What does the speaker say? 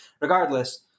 regardless